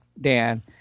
Dan—